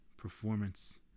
Performance